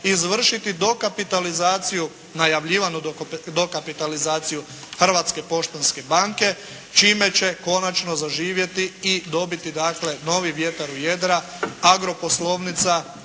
izvršiti dokapitalizaciju, najavljivanju dokapitalizaciju Hrvatske poštanske banke, čime će konačno zaživjeti i dobiti novi vjetar u jedra "Agroposlovnica"